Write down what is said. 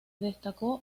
destacó